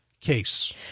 case